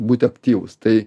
būti aktyvus tai